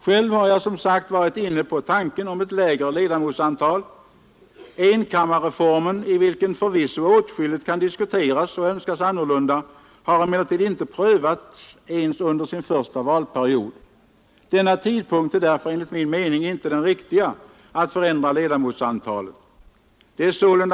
Själv har jag som sagt varit inne på tanken om ett lägre ledamotsantal. Enkammarreformen, i vilken förvisso åtskilligt kan diskuteras och önskas annorlunda, har emellertid inte prövats ens under en första valperiod. Denna tidpunkt är därför enligt min mening inte den riktiga att förändra ledamotsantalet.